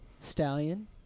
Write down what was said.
Stallion